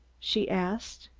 she asked.